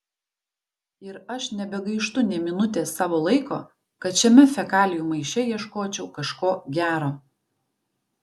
ir aš nebegaištu nė minutės savo laiko kad šiame fekalijų maiše ieškočiau kažko gero